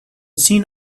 seen